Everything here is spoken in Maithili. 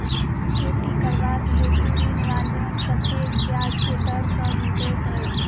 खेती करबाक हेतु ऋण वा लोन कतेक ब्याज केँ दर सँ भेटैत अछि?